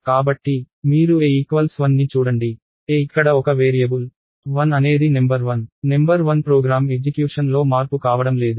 కాబట్టి మీరు a 1 ని చూడండి a ఇక్కడ ఒక వేరియబుల్ 1 అనేది నెంబర్ 1 నెంబర్ 1 ప్రోగ్రామ్ ఎగ్జిక్యూషన్ లో మార్పు కావడం లేదు